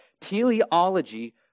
teleology